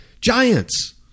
giants